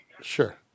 Sure